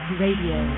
radio